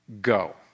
go